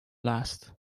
last